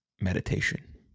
Meditation